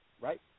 right